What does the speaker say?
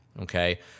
okay